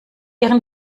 ihren